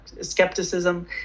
skepticism